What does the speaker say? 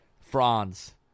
Franz